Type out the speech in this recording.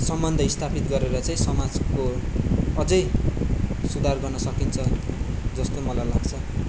सम्बन्ध स्थापित गरेर चाहिँ समाचको अझै सुधार गर्न सकिन्छ जस्तो मलाई लाग्छ